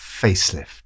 facelift